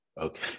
Okay